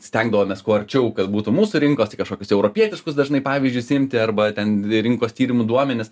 stengdavomės kuo arčiau kad būtų mūsų rinkos tai kažkokius europietiškus dažnai pavyzdžius imti arba ten rinkos tyrimų duomenis